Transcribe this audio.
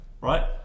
Right